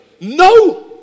no